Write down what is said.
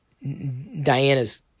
Diana's